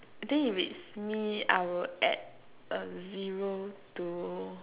then if it's me I will add a zero to